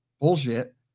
bullshit